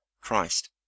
christ